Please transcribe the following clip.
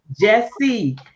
Jesse